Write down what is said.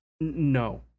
no